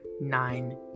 nine